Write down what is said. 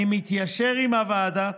אני מתיישר עם הוועדה.